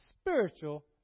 spiritual